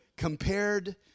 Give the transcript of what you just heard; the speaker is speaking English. compared